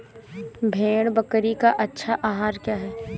भेड़ बकरी का अच्छा आहार क्या है?